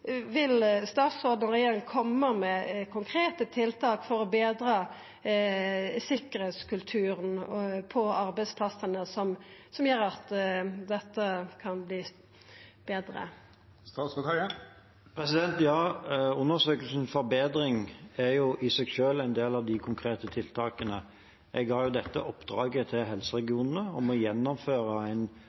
vil stilla spørsmålet vidare til statsråden: Vil statsråden og regjeringa koma med konkrete tiltak for å betra sikkerheitskulturen på arbeidsplassane? Ja – og undersøkelsen ForBedring er i seg selv en del av de konkrete tiltakene. Jeg ga helseregionene i oppdrag å gjennomføre en